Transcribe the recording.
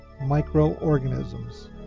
microorganisms